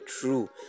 true